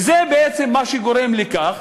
וזה בעצם מה שגורם לכך